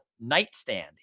Nightstand